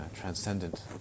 transcendent